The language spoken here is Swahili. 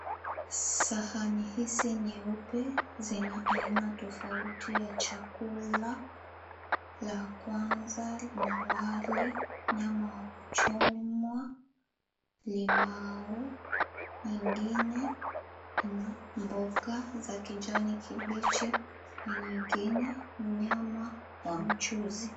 Sahani hizi nyeupe zina aina tofauti ya chakula la kwanza lina wali, nyama wa kuchomwa, limau, nyingine ina mboga za kijani kibichi, lingine nyama wa mchuuzi.